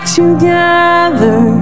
together